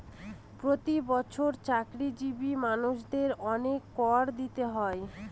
প্রতি বছর চাকরিজীবী মানুষদের অনেক কর দিতে হয়